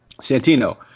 Santino